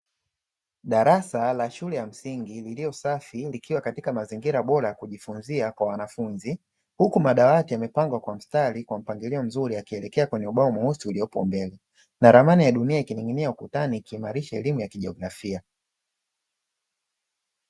Darasa la shule ya msingi lililo safi, likiwa katika mazingira bora ya kujifunzia kwa wanafunzi, huku madawati yamepangwa kwa mstari kwa mpangilio mzuri, yakielekea kwenye ubao mweusi uliopo mbele, na ramani ya dunia ikining'inia ukutani, ikimaanisha elimu ya kijiografia.